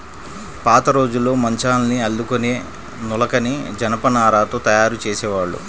పాతరోజుల్లో మంచాల్ని అల్లుకునే నులకని జనపనారతో తయ్యారు జేసేవాళ్ళు